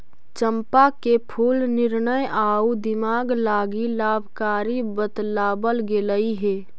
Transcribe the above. चंपा के फूल निर्णय आउ दिमाग लागी लाभकारी बतलाबल गेलई हे